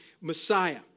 Messiah